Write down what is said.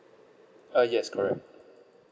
uh yes correct